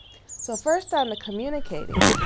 so first on the communicating,